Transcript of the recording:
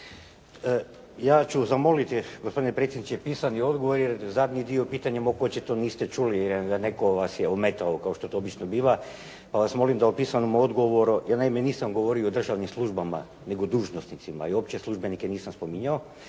Ja ću zamoliti gospodine predsjedniče pisani odgovor jer zadnji dio pitanja mog očito niste čuli jer netko vas je ometao kao što to obično biva, pa vas molim da u pisanom odgovoru jer ja ovdje nisam govorio o državnim službama nego dužnosnicima, ja uopće službenike nisam spominjao.